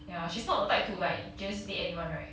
ya she's not the type to like just date anyone right